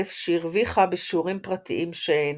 מכסף שהרוויחה בשיעורים פרטיים שהעניקה.